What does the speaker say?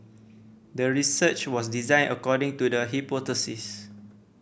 the research was designed according to the hypothesis